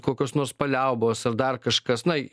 kokios nors paliaubos ar dar kažkas na